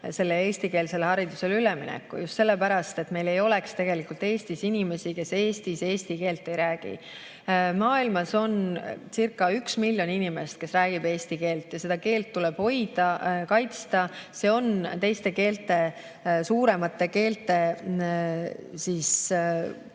eestikeelsele haridusele ülemineku just sellepärast, et meil ei oleks Eestis inimesi, kes Eestis eesti keelt ei räägi. Maailmas oncirca1 miljon inimest, kes räägib eesti keelt, ja seda keelt tuleb hoida, kaitsta, sest see on teiste, suuremate keelte tõttu